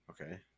Okay